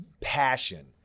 passion